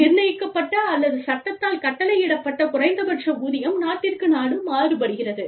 நிர்ணயிக்கப்பட்ட அல்லது சட்டத்தால் கட்டளையிடப்பட்ட குறைந்தபட்ச ஊதியம் நாட்டிற்கு நாடு மாறுபடுகிறது